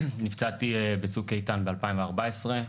נפצעתי בצוק איתן ב-2014.